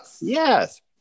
Yes